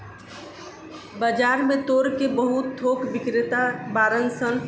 बाजार में ताड़ के बहुत थोक बिक्रेता बाड़न सन